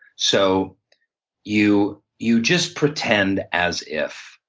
so you you just pretend as if.